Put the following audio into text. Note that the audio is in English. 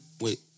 Wait